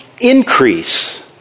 increase